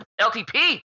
LTP